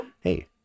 Hey